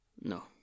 No